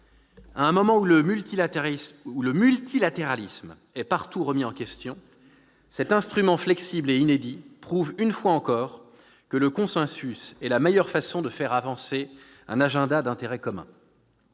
À un moment où le multilatéralisme est partout remis en question, cet instrument flexible et inédit prouve une fois encore que le consensus est la meilleure façon de faire avancer un agenda d'intérêt commun.